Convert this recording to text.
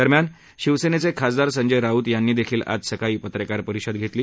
दरम्यान शिवसेनेचे खासदार संजय राऊत यांनी ही आज सकाळी पत्रकार परिषद घेतली